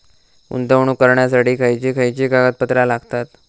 गुंतवणूक करण्यासाठी खयची खयची कागदपत्रा लागतात?